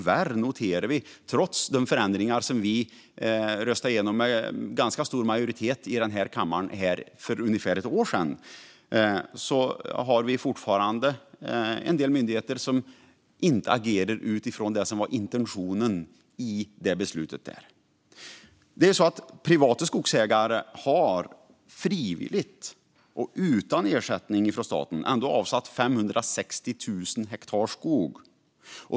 Vi noterar tyvärr att en del myndigheter fortfarande inte agerar utifrån intentionen i det beslut om förändringar som röstades igenom med ganska stor majoritet i den här kammaren för ungefär ett år sedan. Privata skogsägare har frivilligt och utan att få ersättning från staten ändå avsatt 560 000 hektar skog.